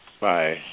Bye